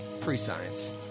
pre-science